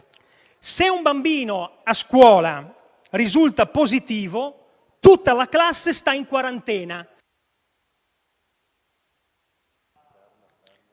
Se un bambino a scuola risulta positivo tutta la classe sta in quarantena,